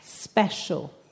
special